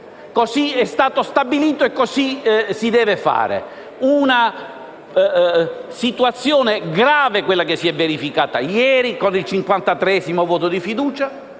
così è stato stabilito e così si deve fare. Una situazione grave quella che si è verificata ieri con il 53° voto di fiducia